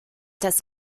das